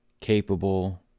capable